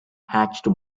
hatched